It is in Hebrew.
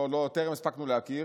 טרם הספקנו להכיר,